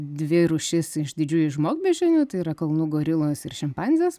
dvi rūšis iš didžiųjų žmogbeždžionių tai yra kalnų gorilos ir šimpanzės